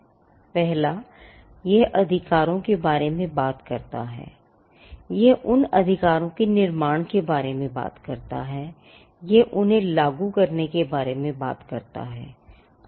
पहला यह अधिकारों के बारे में बात करता हैयह उन अधिकारों के निर्माण के बारे में बात करता है यह उन्हें लागू करने के बारे में बात करता है